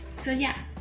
so yeah